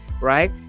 right